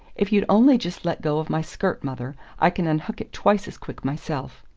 if you'd only just let go of my skirt, mother i can unhook it twice as quick myself.